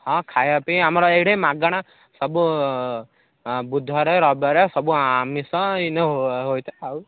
ହଁ ଖାଇବା ପାଇଁ ଆମର ଏଠେଇ ମାଗଣା ସବୁ ବୁଧବାରେ ରବିବାରେ ସବୁ ଆମିଷ ଯେଉଁ ହୋଇଥାଏ ଆଉ